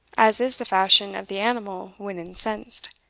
as is the fashion of the animal when incensed,